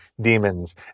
demons